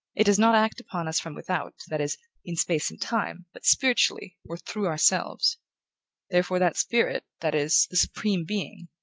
it does not act upon us from without, that is, in space and time, but spiritually, or through ourselves therefore, that spirit, that is, the supreme being,